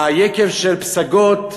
היקב של פסגות,